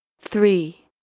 three